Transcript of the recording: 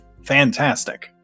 Fantastic